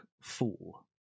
fool